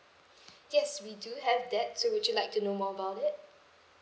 yes we do have that so would you like to know more about it